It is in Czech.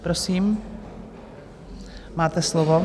Prosím, máte slovo.